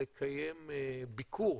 לקיים ביקור